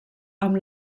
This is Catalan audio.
amb